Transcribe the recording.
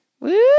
Woo